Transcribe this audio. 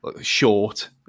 short